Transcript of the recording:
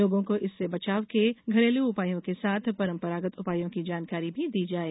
लोगों को इससे बचाव के घरेलू उपायों के साथ परम्परागत उपायों की जानकारी भी दी जाये